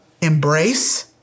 embrace